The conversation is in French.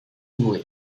ouvrait